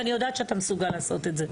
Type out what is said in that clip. ואני יודעת שאתה מסוגל לעשות את זה.